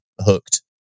hooked